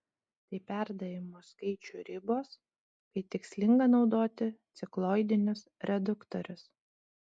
tai perdavimo skaičių ribos kai tikslinga naudoti cikloidinius reduktorius